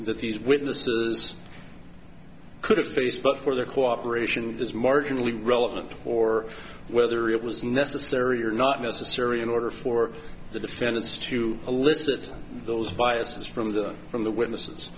these witnesses could have facebook for their cooperation is marginally relevant or whether it was necessary or not necessary in order for the defendants to elicit those biases from them from the witnesses